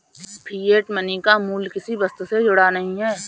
fiat money का मूल्य किसी वस्तु से जुड़ा नहीं है